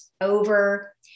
over